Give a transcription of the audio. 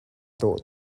dawh